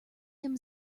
him